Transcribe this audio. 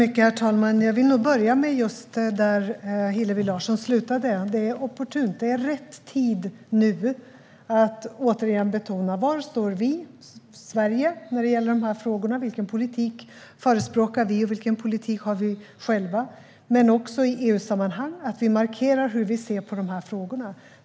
Herr talman! Jag vill nog börja där Hillevi Larsson slutade. Det är opportunt - det är rätt tid - nu att återigen betona var vi i Sverige står när det gäller dessa frågor. Vilken politik förespråkar vi, och vilken politik har vi själva? Vi ska också i EU-sammanhang markera hur vi ser på dessa frågor.